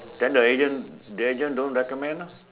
then the agent the agent don't recommend ah